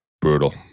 Brutal